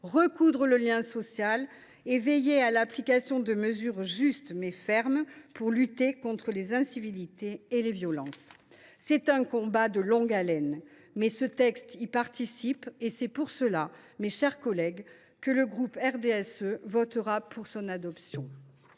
recoudre le lien social et à veiller à l’application de mesures justes, mais fermes, pour lutter contre les incivilités et les violences. C’est un combat de longue haleine. Ce texte y participe. C’est pour cette raison, mes chers collègues, que le groupe du RDSE votera pour son adoption.